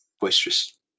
boisterous